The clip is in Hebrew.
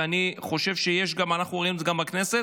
ואני חושב שאנחנו רואים גם בכנסת,